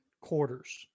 quarters